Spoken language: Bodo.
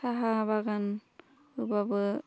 साहा बागान होबाबो